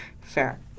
Fair